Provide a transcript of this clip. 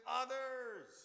others